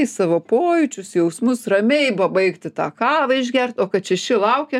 į savo pojūčius jausmus ramiai pabaigti tą kavą išgert o kad šeši laukia